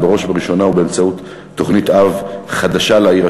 ובראש ובראשונה באמצעות תוכנית אב חדשה לעיר,